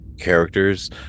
characters